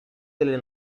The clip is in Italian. delle